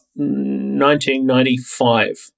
1995